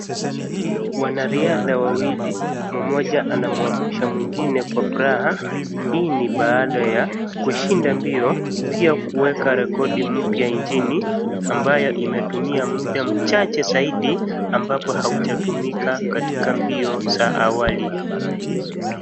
Wanariadha wawili, mmoja anamwamsha mwingine kwa furaha. Hii ni baada ya kushida mbio pia kueka rekodi mpya nchini ambayo imetumia muda mchache zaidi ambapo haujatumika katika mbio za awali.